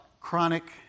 chronic